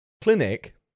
clinic